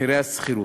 מחירי השכירות.